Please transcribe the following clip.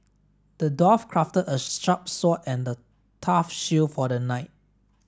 the dwarf crafted a sharp sword and a tough shield for the knight